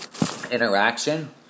interaction